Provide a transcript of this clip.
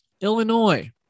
Illinois